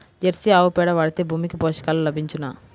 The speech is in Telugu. జెర్సీ ఆవు పేడ వాడితే భూమికి పోషకాలు లభించునా?